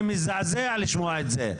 זה מזעזע לשמוע את זה.